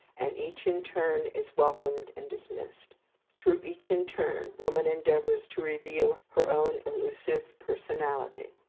and each in turn is welcomed and dismissed through each in turn woman endeavours to reveal her own elusive personality.